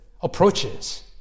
approaches